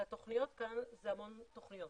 התוכניות כאן זה המון תוכניות,